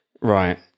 Right